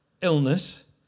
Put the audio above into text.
illness